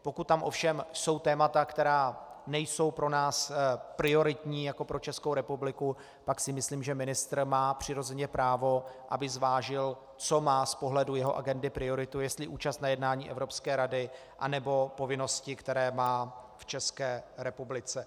Pokud tam ovšem jsou témata, která nejsou pro nás prioritní jako pro Českou republiku, pak si myslím, že ministr má přirozeně právo, aby zvážil, co má z pohledu jeho agendy prioritu, jestli účast na jednání Evropské rady, anebo povinnosti, které má v České republice.